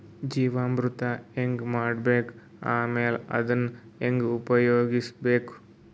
ಜೀವಾಮೃತ ಹೆಂಗ ಮಾಡಬೇಕು ಆಮೇಲೆ ಅದನ್ನ ಹೆಂಗ ಉಪಯೋಗಿಸಬೇಕು?